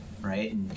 right